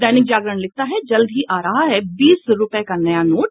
दैनिक जागरण लिखता है जल्द ही आ रहा बीस रूपये का नया नोट